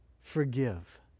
forgive